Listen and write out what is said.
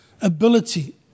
ability